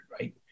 right